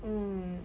mm